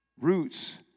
Roots